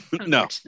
no